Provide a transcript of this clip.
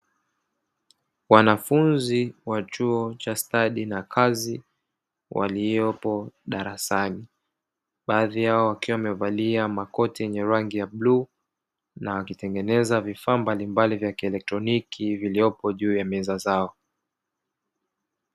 Wanafunzi wa chuo cha stadi na kazi waliopo darasani, baadhi yao wakiwa wamevalia makoti yenye rangi ya bluu na wakitengeneza vifaa mbalimbali vya kielektroniki viliyopo juu ya meza zao.